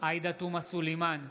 עאידה תומא סלימאן,